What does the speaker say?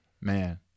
Man